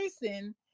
person